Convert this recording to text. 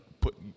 put